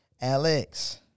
Alex